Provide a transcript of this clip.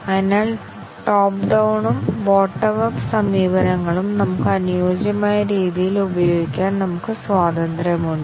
അതിനാൽ top down ഉം bottom up സമീപനങ്ങളും നമുക്ക് അനുയോജ്യമായ രീതിയിൽ ഉപയോഗിക്കാൻ നമുക്ക് സ്വാതന്ത്ര്യമുണ്ട്